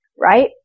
right